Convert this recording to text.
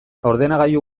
ordenagailu